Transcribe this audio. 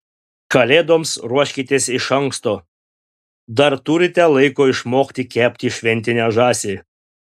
kalėdoms ruoškitės iš anksto dar turite laiko išmokti kepti šventinę žąsį